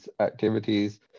activities